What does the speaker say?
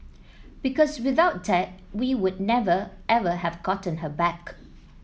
because without that we would never ever have gotten her back